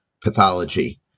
pathology